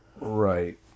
Right